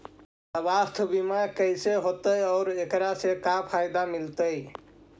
सवासथ बिमा कैसे होतै, और एकरा से का फायदा मिलतै?